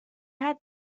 had